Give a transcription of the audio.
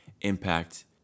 impact